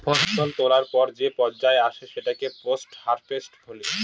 ফসল তোলার পর যে পর্যায় আসে সেটাকে পোস্ট হারভেস্ট বলি